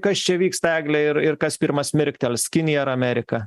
kas čia vyksta eglę ir ir kas pirmas mirktels kinija ar amerika